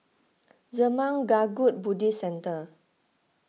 Zurmang Kagyud Buddhist Centre